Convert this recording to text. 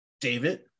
David